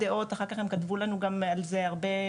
אחר כך הם כתבו לנו גם על זה הרבה,